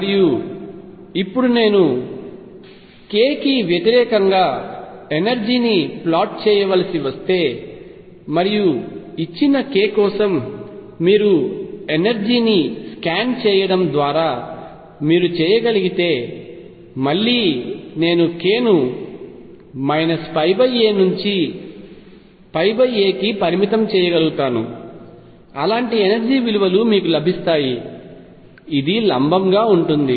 మరియు ఇప్పుడు నేను k కి వ్యతిరేకంగా ఎనర్జీ ని ప్లాట్ చేయవలసి వస్తే మరియు ఇచ్చిన k కోసం మీరు ఎనర్జీ ని స్కాన్ చేయడం ద్వారా మీరు చేయగలిగితే మళ్లీ నేను k ను a నుంచి a కి పరిమితం చేయగలుగుతాను అలాంటి ఎనర్జీ విలువలు మీకు లభిస్తాయి ఇది లంబంగా ఉంటుంది